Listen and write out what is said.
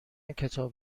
کتاب